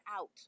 out